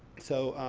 so,